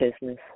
business